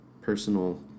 personal